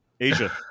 Asia